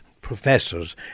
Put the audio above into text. professors